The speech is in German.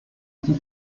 die